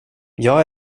jag